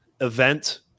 event